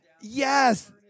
yes